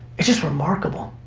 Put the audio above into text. it's just remarkable.